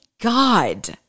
God